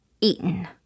eaten